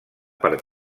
per